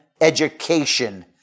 education